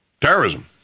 terrorism